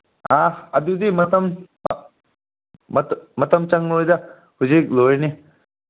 ꯑꯥ ꯑꯗꯨꯗꯤ ꯃꯇꯝ ꯃꯇꯝ ꯆꯪꯉꯣꯏꯗ ꯍꯧꯖꯤꯛ ꯂꯣꯏꯅꯤ